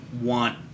want